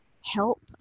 help